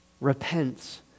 repent